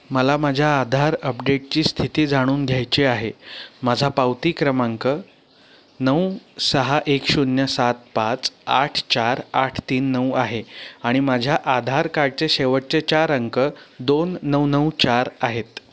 मला माझ्या आधार अपडेटची स्थिती जाणून घ्यायची आहे माझा पावती क्रमांक नऊ सहा एक शून्य सात पाच आठ चार आठ तीन नऊ आहे आणि माझ्या आधार काडचे शेवटचे चार अंक दोन नऊ नऊ चार आहेत